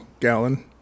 gallon